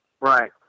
Right